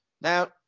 Now